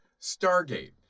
Stargate